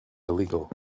illegal